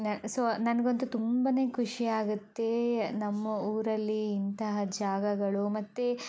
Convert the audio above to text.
so ನನಗಂತೂ ತುಂಬನೇ ಖುಷಿ ಆಗುತ್ತೆ ನಮ್ಮ ಊರಲ್ಲಿ ಇಂತಹ ಜಾಗಗಳು ಮತ್ತೆ